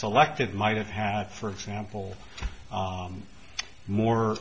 selected might have had for example more